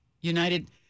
United